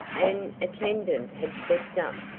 an attendant had stepped up,